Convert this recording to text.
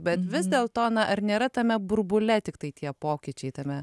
bet vis dėl to na ar nėra tame burbule tiktai tie pokyčiai tame